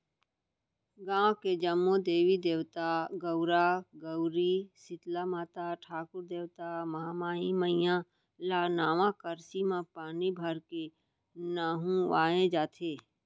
गाँव के जम्मो देवी देवता, गउरा गउरी, सीतला माता, ठाकुर देवता, महामाई मईया ल नवा करसी म पानी भरके नहुवाए जाथे